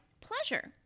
pleasure